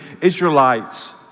Israelites